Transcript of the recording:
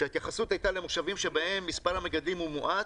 כשההתייחסות היתה למושבים שבהם מספר המגדלים הוא מועט,